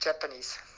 Japanese